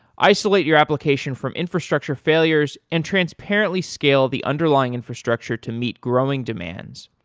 isolate your application from infrastructure failures and transparently scale the underlying infrastructure to meet growing demands,